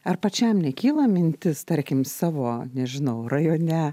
ar pačiam nekyla mintis tarkim savo nežinau rajone